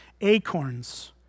acorns